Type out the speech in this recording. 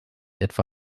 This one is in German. etwa